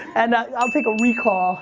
and i'll take a recall